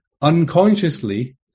unconsciously